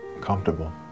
comfortable